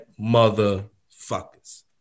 motherfuckers